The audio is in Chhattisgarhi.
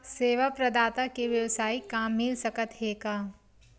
सेवा प्रदाता के वेवसायिक काम मिल सकत हे का?